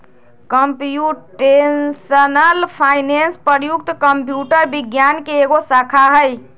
computational finance प्रयुक्त computer विज्ञान के एगो शाखा हइ